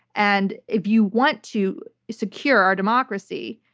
and if you want to secure our democracy,